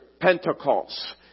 Pentecost